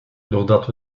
doordat